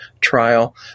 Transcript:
trial